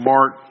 Mark